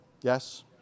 Yes